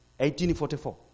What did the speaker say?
1844